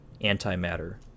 antimatter